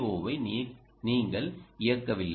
ஓவை நீங்கள் இயக்கவில்லை